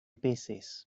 peces